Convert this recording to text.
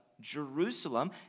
Jerusalem